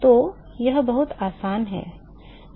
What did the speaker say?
तो यह बहुत आसान है